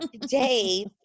today